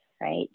right